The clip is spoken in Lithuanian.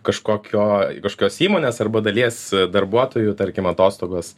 kažkokio kažkokios įmonės arba dalies darbuotojų tarkim atostogos